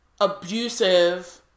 abusive